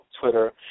Twitter